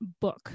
book